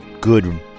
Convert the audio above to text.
good